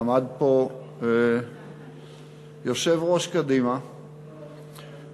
עמד פה יושב-ראש קדימה והציג,